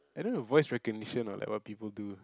I don't know voice recognition like what people do